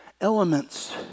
elements